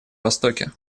востоке